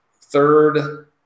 third